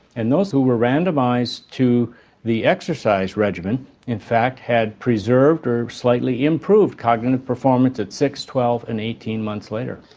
and those who were randomised to the exercise regimen in fact had preserved or slightly improved cognitive performance at six, twelve and eighteen months later.